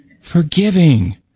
Forgiving